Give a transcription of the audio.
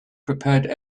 prepared